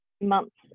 months